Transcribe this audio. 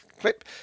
clip